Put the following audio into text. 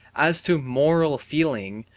as to moral feeling,